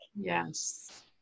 Yes